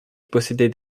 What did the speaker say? possédaient